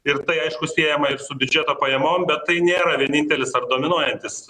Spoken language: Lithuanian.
ir tai aišku siejama ir su biudžeto pajamom bet tai nėra vienintelis ar dominuojantis